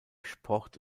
sport